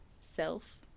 self